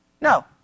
No